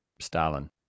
Stalin